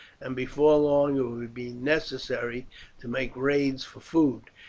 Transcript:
and before long it will be necessary to make raids for food.